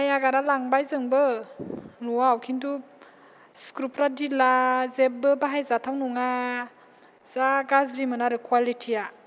नाया गारा लांबाय जोंबो न'आव खिन्थु सिख्रुपफ्रा दिला जेबबो बाहायजाथाव नङा जा गाज्रि मोन आरो कवालिथिया